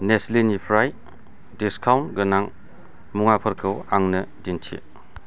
नेस्लिनिफ्राय discount गोनां मुवाफोरखौ आंनो दिन्थि